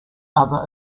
other